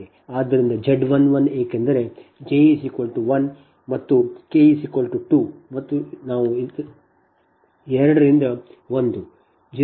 ಆದ್ದರಿಂದ Z 11 ಏಕೆಂದರೆ j 1 ಮತ್ತು k 2 ಮತ್ತು ಇದು ನಾವು 2 ರಿಂದ 1 0